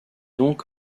donc